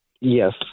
Yes